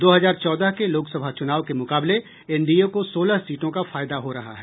दो हजार चौदह के लोकसभा चुनाव के मुकाबले एनडीए को सोलह सीटों का फायदा हो रहा है